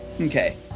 Okay